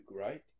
right